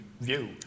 view